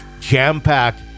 jam-packed